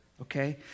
Okay